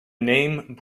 name